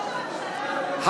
ראש הממשלה,